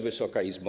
Wysoka Izbo!